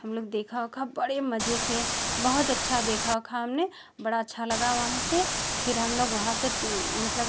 हम लोग देखा उखा बड़े मजे से बहुत अच्छा देखा उखा हम बड़ा अच्छा लगा वहाँ से फिर हम लोग वहाँ से मतलब